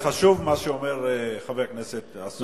זה חשוב מה שאומר חבר הכנסת עזרא.